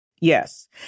Yes